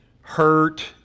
hurt